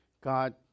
God